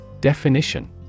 Definition